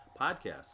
podcasts